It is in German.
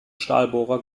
stahlbohrer